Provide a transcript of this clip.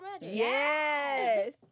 Yes